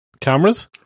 Cameras